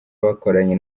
bakoranye